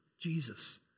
Jesus